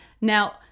Now